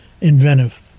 inventive